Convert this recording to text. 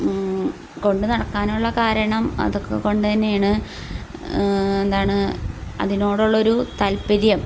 കൊണ്ടുനടക്കാനുള്ള കാരണം അതൊക്കെക്കൊണ്ട് തന്നെയാണ് എന്താണ് അതിനോടുള്ളൊരു താല്പര്യം